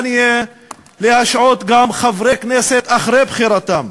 אפשר להשעות גם חברי כנסת אחרי בחירתם.